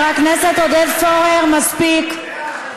שכנעת, חבר הכנסת עודד פורר, מספיק.